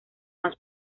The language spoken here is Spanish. más